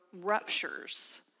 ruptures